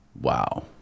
Wow